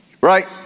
right